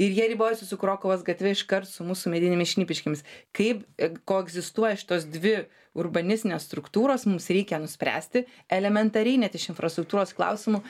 ir jie ribojasi su krokuvos gatve iškart su mūsų medinėmis šnipiškėmis kaip koegzistuoja šitos dvi urbanistinės struktūros mums reikia nuspręsti elementariai net iš infrastruktūros klausimų